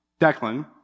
Declan